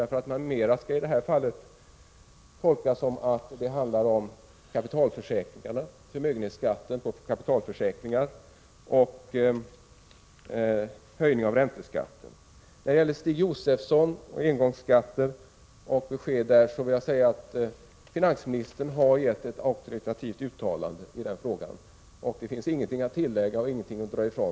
M.m. skall i det här fallet tolkas som att det handlar om förmögenhetsskatten på kapitalförsäkringar och höjningen av ränteskatten. Vad beträffar det besked Stig Josefson efterlyste om engångsskatten vill jag säga att finansministern har gjort ett auktoritativt uttalande i den frågan. Där finns ingenting att tillägga och ingenting att dra ifrån.